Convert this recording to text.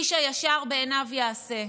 איש הישר בעיניו יעשה.